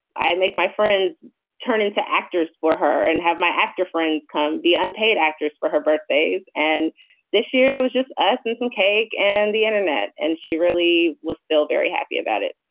i make my friends turn into actors for her and have my actor friends come be unpaid actors for her birthdays. and this year it was just us and some cake and the internet. and she really was still very happy about it.